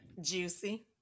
juicy